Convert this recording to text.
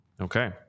Okay